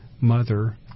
mother